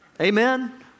Amen